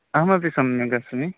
अहमपि सम्यगस्मि